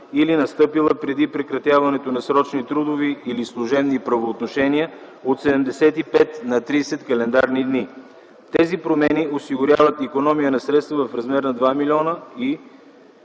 или настъпила преди прекратяването на срочни трудови или служебни правоотношения от 75 на 30 календарни дни. Тези промени осигуряват икономия на средства в размер на 2 млн.